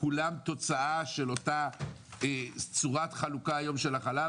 כולם תוצאה של אותה צורת חלוקה של החלב.